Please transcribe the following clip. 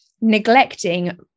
neglecting